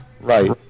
Right